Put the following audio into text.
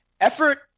Effort